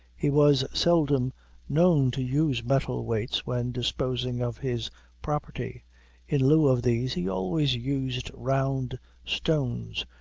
he was seldom known to use metal weights when disposing of his property in lieu of these he always used round stones,